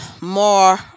more